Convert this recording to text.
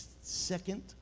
second